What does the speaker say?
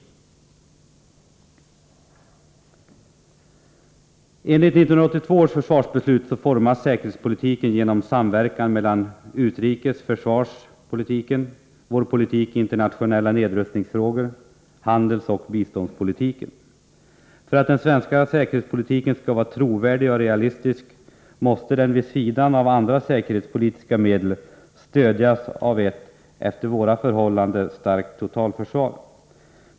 Enligt 1982 års försvarsbeslut formas säkerhetspolitiken genom samverkan mellan utrikespolitiken, försvarspolitiken, vår politik i internationella För att den svenska säkerhetspolitiken skall vara trovärdig och realistisk måste den — vid sidan av andra säkerpolitiska medel — stödjas av ett efter våra förhållanden starkt totalförsvar.